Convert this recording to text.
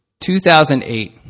2008